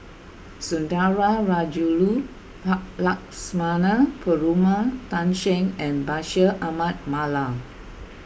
Sundarajulu Lakshmana Perumal Tan Shen and Bashir Ahmad Mallal